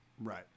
Right